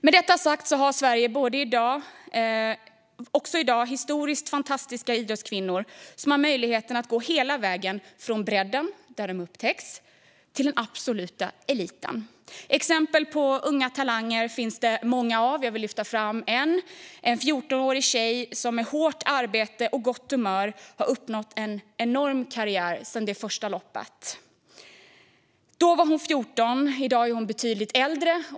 Med detta sagt har Sverige både i dag och historiskt fantastiska idrottskvinnor som har fått möjligheten att gå hela vägen från bredden där de upptäcks till den absoluta eliten. Det finns många exempel unga talanger. Jag vill lyfta fram en. Det var en 14-årig tjej som med hårt arbete och gott humör uppnådde en enorm karriär sedan det första loppet. Då var hon 14, i dag är hon betydligt äldre.